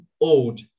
old